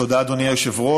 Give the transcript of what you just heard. תודה, אדוני היושב-ראש.